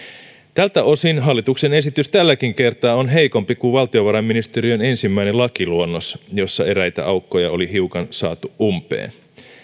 tältä osin hallituksen esitys tälläkin kertaa on heikompi kuin valtiovarainministeriön ensimmäinen lakiluonnos jossa eräitä aukkoja oli hiukan saatu umpeen